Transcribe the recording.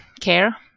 care